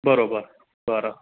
बरोबर बरं